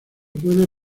puede